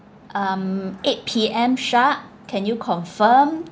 um eight P_M sharp can you confirm